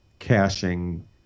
caching